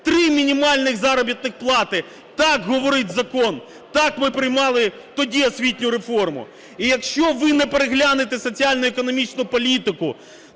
Три мінімальних заробітних плати – так говорить закон, так ми приймали тоді освітню реформу. І якщо ви не переглянете соціально-економічну політику,